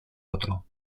otro